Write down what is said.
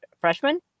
Freshman